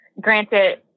Granted